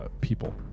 people